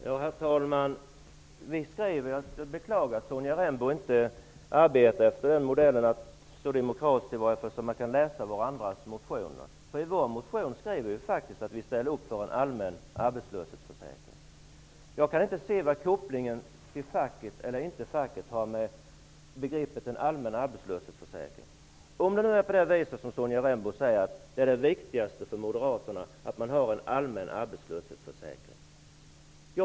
Herr talman! Jag beklagar att Sonja Rembo inte arbetar så demokratiskt att hon kan läsa andras motioner. Vi skriver faktiskt i vår motion att vi ställer upp för en allmän arbetslöshetsförsäkring. Jag kan inte se vad en koppling till facket eller inte har med begreppet allmän arbetslöshetsförsäkring att göra. Sonja Rembo säger att det viktigaste för moderaterna är att man har en allmän arbetslöshetsförsäkring.